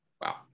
wow